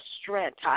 strength